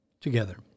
Together